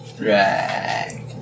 Right